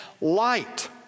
light